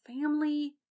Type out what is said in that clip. family